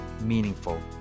meaningful